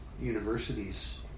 universities